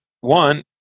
one